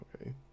okay